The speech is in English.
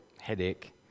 headache